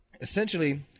essentially